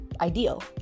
ideal